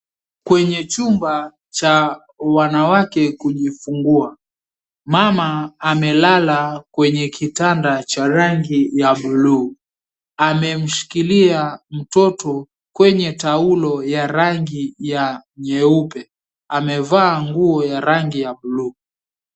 Kwenye chumba cha wanawake kujifungua. Mama amelala kwenye kitanda cha rangi ya bluu. Amemshikilia mtoto kwenye taulo ya rangi ya nyeupe, amevaa nguo ya rangi ya bluu.